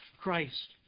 Christ